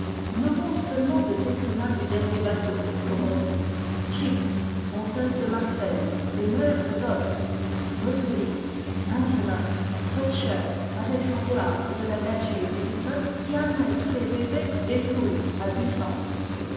nommons seulement des écrivains du dernier bateau comme on dit gyp comtesse de martel et mère de bob moselly hinzelin pottecher avec son théâtre de la nature et du peuple qui amène tous les étés des foules à bussang